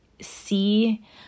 see